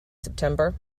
september